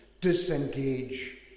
disengage